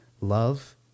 love